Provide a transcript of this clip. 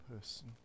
person